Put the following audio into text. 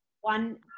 one